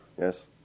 yes